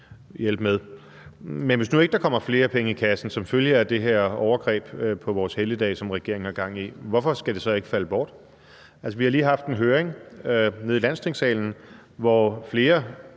hjælpe med, men hvis nu ikke der kommer flere penge i kassen som følge af det her overgreb på vores helligdag, som regeringen har gang i, hvorfor skal det så ikke falde bort? Altså, vi har lige haft en høring i Landstingssalen, hvor flere